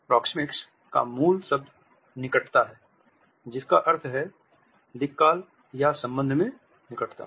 proxemics का मूल शब्द निकटता है जिसका अर्थ है दिक्काल या संबंध में निकटता